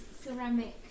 ceramic